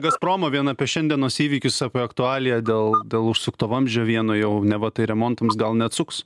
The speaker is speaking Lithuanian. gazpromo vien apie šiandienos įvykius apie aktualiją dėl dėl užsukto vamzdžio vieno jau neva tai remontams gal neatsuks